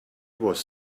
was